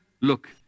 look